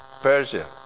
Persia